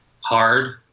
hard